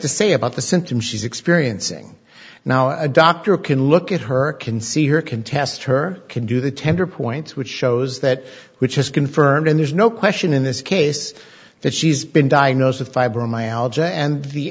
to say about the symptoms she's experiencing now a doctor can look at her can see her can test her can do the tender points which shows that which is confirmed and there's no question in this case that she's been diagnosed with fi